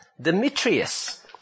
Demetrius